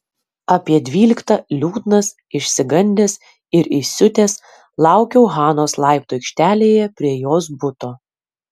apie dvyliktą liūdnas išsigandęs ir įsiutęs laukiau hanos laiptų aikštelėje prie jos buto